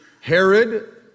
Herod